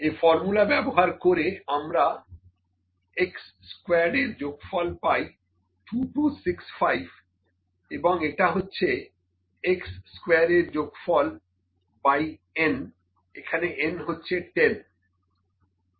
এই ফর্মুলা ব্যবহার করে আমরা x স্কোয়ার্ড এর যোগফল পাই 2265 এবং এটা হচ্ছে x স্কোয়ার এর যোগফল বাই nএখানে n হচ্ছে 10